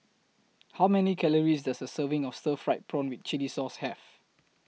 How Many Calories Does A Serving of Stir Fried Prawn with Chili Sauce Have